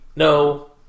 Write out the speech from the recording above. No